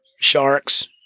sharks